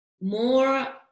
more